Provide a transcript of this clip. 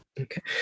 Okay